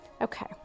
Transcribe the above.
Okay